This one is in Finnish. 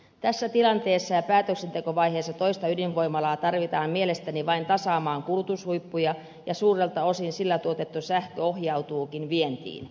tässä tilanteessa ja päätöksentekovaiheessa toista ydinvoimalaa tarvitaan mielestäni vain tasaamaan kulutushuippuja ja suurelta osin sillä tuotettu sähkö ohjautuukin vientiin